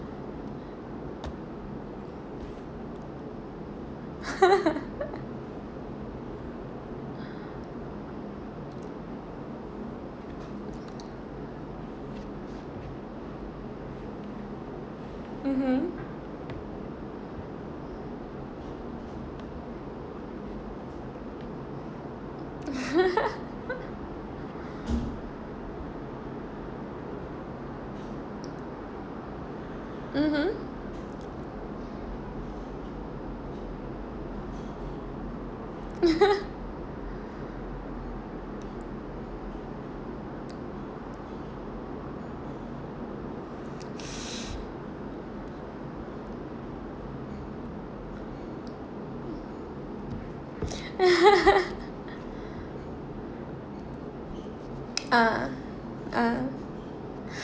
mmhmm mmhmm ah ah